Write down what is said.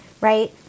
Right